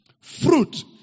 Fruit